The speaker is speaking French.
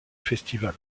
festival